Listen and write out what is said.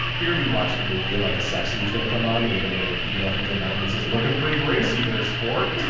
you're gonna be watching a movie and, like, the sex scene's gonna come on and you're gonna get an email from joe biden that says, looking pretty racy there, sport.